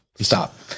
stop